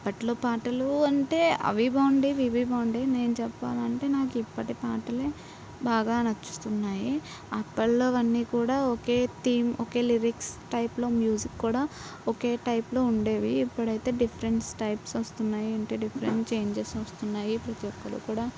అప్పట్లో పాటలు అంటే అవి బాగుండేవి ఇవి బాగుండేవి నేను చెప్పాలి అంటే నాకు ఇప్పటి పాటలే బాగా నచ్చుతున్నాయి అప్పట్లో అన్ని కూడా ఒకే థీమ్ ఓకే లిరిక్స్ టైప్లో మ్యూజిక్ కూడా ఒకే టైప్లో ఉండేవి ఇప్పుడైతే డిఫరెంట్ టైప్స్ వస్తున్నాయి ఏంటి డిఫరెంట్ చేంజెస్ వస్తున్నాయి ప్రతి ఒక్కరు కూడా